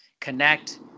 connect